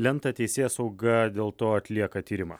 lentą teisėsauga dėl to atlieka tyrimą